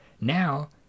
Now